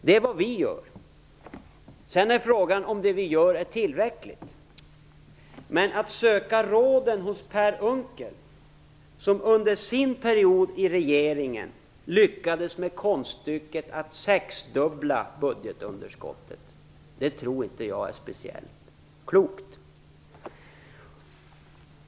Det här är vad vi gör. Men sedan är frågan om det vi gör är tillräckligt. Att söka råd hos Per Unckel, som under sin period i regeringen lyckades med konststycket att sexdubbla budgetunderskottet, tror jag inte är speciellt klokt.